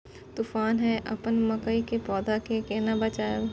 तुफान है अपन मकई के पौधा के केना बचायब?